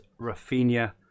Rafinha